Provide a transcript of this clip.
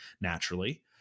naturally